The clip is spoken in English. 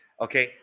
okay